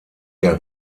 der